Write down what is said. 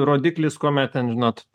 rodiklis kuomet ten žinot p p paėmęs